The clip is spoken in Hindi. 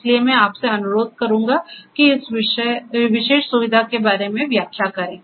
इसलिए मैं आपसे अनुरोध करूंगा कि इस विशेष सुविधा के बारे में व्याख्या करें